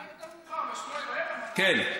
מתי יותר מאוחר, ב-20:00, כן.